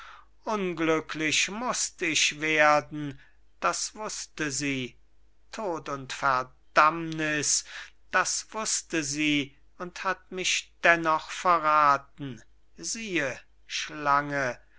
unglücklich mußt ich werden das wußte sie tod und verdammniß das wußte sie und hat mich dennoch verrathen siehe schlange